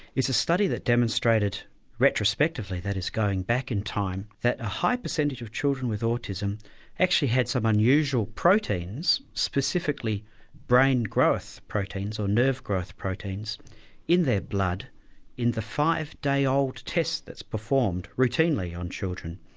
is the study that demonstrated retrospectively, that is, going back in time, that a high percentage of children with autism actually had some unusual proteins specifically brain growth proteins, or nerve growth proteins in their blood in the five-day-old test that's performed routinely on children.